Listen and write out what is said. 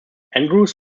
andrews